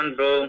bro